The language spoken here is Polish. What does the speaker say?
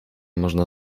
można